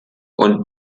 und